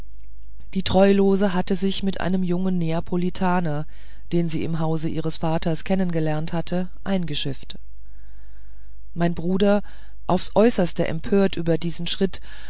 die treulose hatte sich mit einem jungen neapolitaner den sie im hause ihres vaters kennengelernt hatte eingeschifft mein bruder aufs äußerste empört über diesen schritt